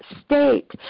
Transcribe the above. state